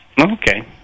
Okay